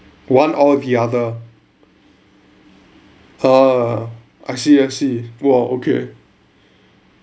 one or the other a'ah I see I see !whoa! okay